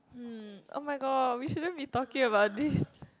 hmm oh-my-god we shouldn't be talking about this